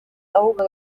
ahubwo